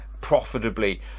profitably